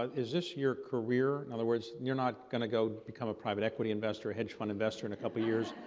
is this your career? in other words, you're not going to go become a private equity investor, hedge fund investor in a couple of years?